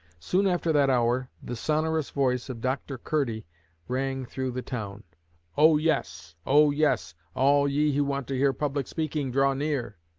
soon after that hour the sonorous voice of dr. curdy rang through the town o, yes! o, yes! all ye who want to hear public speaking, draw near